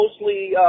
mostly